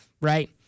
right